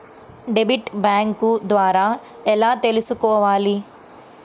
Debit bank ద్వారా ఎలా తీసుకోవాలి?